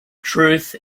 truth